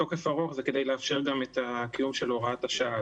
תוקף ארוך, זה כדי לאפשר גם את קיום הוראת השעה.